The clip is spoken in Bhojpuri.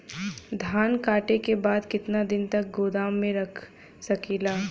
धान कांटेके बाद कितना दिन तक गोदाम में रख सकीला?